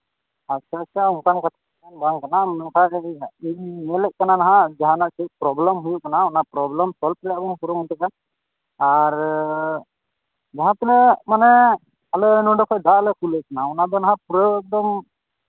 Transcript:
ᱟᱪᱪᱷᱟ ᱟᱪᱪᱷᱟ ᱚᱱᱠᱟᱱ ᱠᱟᱛᱷᱟ ᱵᱟᱝ ᱠᱟᱱᱟ ᱱᱚᱝᱠᱟ ᱜᱮ ᱤᱧᱤᱧ ᱧᱮᱞᱮᱫ ᱠᱟᱱᱟ ᱦᱟᱸᱜ ᱡᱟᱦᱟᱱᱟᱜ ᱪᱮᱫ ᱯᱨᱚᱵᱽᱞᱮᱢ ᱦᱩᱭᱩᱜ ᱠᱟᱱᱟ ᱚᱱᱟ ᱯᱨᱚᱵᱽᱞᱮᱢ ᱥᱚᱞᱵᱷ ᱨᱮᱭᱟᱜ ᱤᱧ ᱠᱩᱨᱩᱢᱩᱴᱩᱭᱟ ᱟᱨ ᱡᱟᱦᱟᱸ ᱛᱤᱱᱟᱹᱜ ᱢᱟᱱᱮ ᱟᱞᱮ ᱱᱚᱰᱮ ᱠᱷᱚᱡ ᱫᱟᱜ ᱞᱮ ᱠᱩᱞᱮᱫ ᱠᱟᱱᱟ ᱚᱱᱟ ᱫᱚ ᱦᱟᱸᱜ ᱯᱩᱨᱟᱹ ᱮᱠᱫᱚᱢ